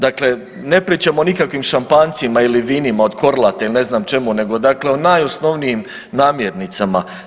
Dakle, ne pričamo o nikakvim šampanjcima ili vinima od Korlata ili ne znam čemu, nego dakle o najosnovnijim namirnicama.